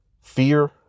Fear